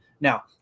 Now